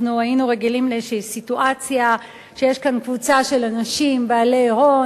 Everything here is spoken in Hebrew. אנחנו היינו רגילים לאיזו סיטואציה שיש כאן קבוצה של אנשים בעלי הון,